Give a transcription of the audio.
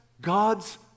God's